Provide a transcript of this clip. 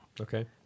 okay